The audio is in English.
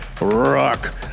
rock